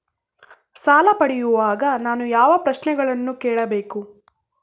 ಸಾಲ ಪಡೆಯುವಾಗ ನಾನು ಯಾವ ಪ್ರಶ್ನೆಗಳನ್ನು ಕೇಳಬೇಕು?